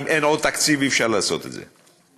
אם אין עוד תקציב אי-אפשר לעשות את זה.